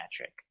metric